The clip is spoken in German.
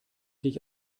dich